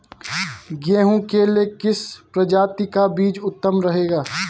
गेहूँ के लिए किस प्रजाति का बीज उत्तम रहेगा?